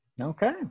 Okay